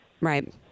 Right